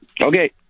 Okay